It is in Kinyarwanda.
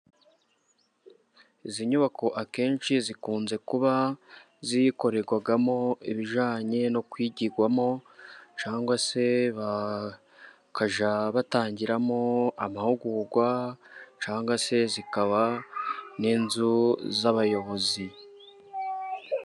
Izi nyubako akenshi zikunze kuba zikorerwamo ibijyanye no kwigirwamo, cyangwa se bakajya batangiramo amahugurwa, cyangwa se zikaba n'inzu z'abayobozi.